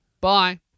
bye